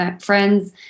Friends